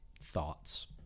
thoughts